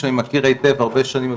שאני מכיר היטב הרבה שנים,